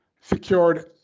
secured